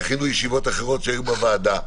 דחינו ישיבות אחרות שהיו בוועדה.